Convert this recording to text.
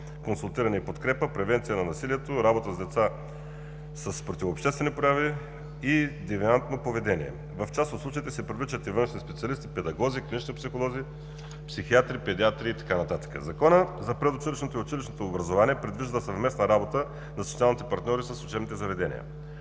консултиране и подкрепа, превенция на насилието, работа с деца с противообществени прояви и девиантно поведение. В част от случаите се привличат и външни специалисти, педагози, клинични психолози, психиатри, педиатри и така нататък. Законът за училищното и предучилищното образование предвижда съвместна работа на социалните партньори със служебните заведения.